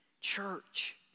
Church